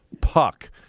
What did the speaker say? Puck